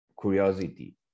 curiosity